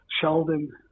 Sheldon